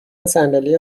صندلی